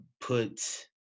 put